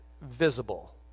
visible